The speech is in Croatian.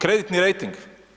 Kreditni rejting?